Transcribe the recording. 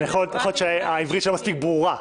יכול להיות שהעברית שלי לא מספיק ברורה.